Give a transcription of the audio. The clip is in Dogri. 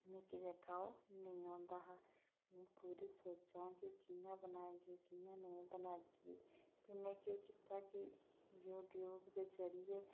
मिकी जेह्का ओह् नेईं औंदा हा मी पूरा सोचां कि कियां बनाह्गी कियां नेईं बनाह्गी फ्ही में केह् कीता कि यूट्यूब दे जरिए